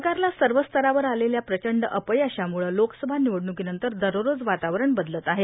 सरकारला सर्व स्तरावर आलेल्या प्रचंड अपयशाम्रळे लोकसभा निवडणुकीनंतर दररोज वातावरण बदलत आहे